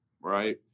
right